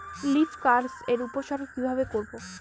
Leaf curl এর উপসর্গ কিভাবে করব?